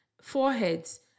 foreheads